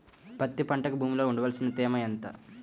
పత్తి పంటకు భూమిలో ఉండవలసిన తేమ ఎంత?